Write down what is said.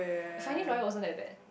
the Finding Dory wasn't that bad